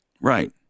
Right